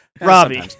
Robbie